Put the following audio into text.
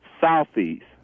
southeast